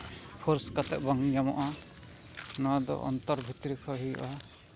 force ᱠᱟᱛᱮᱫ ᱵᱟᱝ ᱧᱟᱢᱚᱜᱼᱟ ᱱᱚᱣᱟ ᱫᱚ ᱚᱱᱛᱚᱨ ᱵᱷᱤᱛᱤᱨ ᱠᱷᱚᱡ ᱦᱩᱭᱩᱜᱼᱟ